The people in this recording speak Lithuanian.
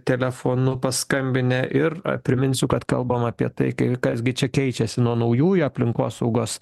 telefonu paskambinę ir na priminsiu kad kalbam apie tai kai kas gi čia keičiasi nuo naujųjų aplinkosaugos